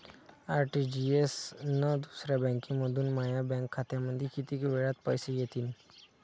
RTGS न दुसऱ्या बँकेमंधून माया बँक खात्यामंधी कितीक वेळातं पैसे येतीनं?